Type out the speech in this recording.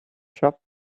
shop